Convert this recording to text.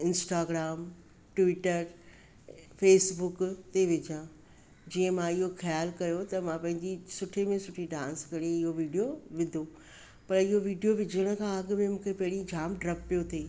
Instagram Twitter Facebook ते विझां जीअं मां इहो ख़्यालु कयो त मां पंहिंजी सुठे में सुठी डांस करे इहो वीडियो विधो पर इहो वीडियो विझण खां अॻ में मूंखे पहिरीं जाम डपु पियो थिए